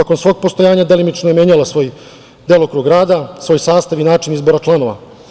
Tokom svog postojanja, delimično je menjala svoj delokrug rada, svoj sastav i način izbora članova.